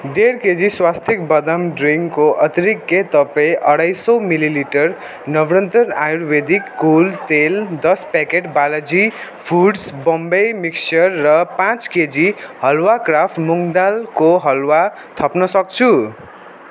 डेढ केजी स्वास्तिक बदाम ड्रिङ्कको अतिरिक्त के तपाईँ अढाई सौ मिलिलिटर नवरन्तर आयुर्वेदिक कुल तेल दस packet Balaji foods Bombay mixture र पाँच केजी हल्वा क्राफ्ट मुङ दालको हलवा थप्न सक्छु